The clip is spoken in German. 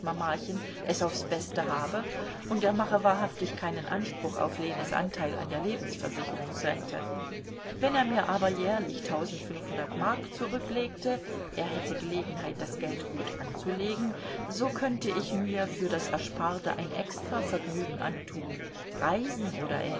mamachen es auf's beste habe und er mache wahrhaftig keinen anspruch auf lenes anteil an der lebensversicherungsrente wenn er mir aber jährlich mark zurücklegte er hätte gelegenheit das geld gut anzulegen so könnte ich mir für das ersparte ein extravergnügen antun reisen oder